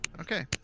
Okay